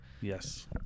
yes